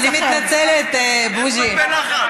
אני מתנצלת, בוז'י.